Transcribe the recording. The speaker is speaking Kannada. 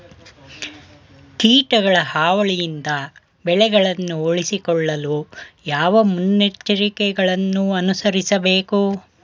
ಕೀಟಗಳ ಹಾವಳಿಯಿಂದ ಬೆಳೆಗಳನ್ನು ಉಳಿಸಿಕೊಳ್ಳಲು ಯಾವ ಮುನ್ನೆಚ್ಚರಿಕೆಗಳನ್ನು ಅನುಸರಿಸಬೇಕು?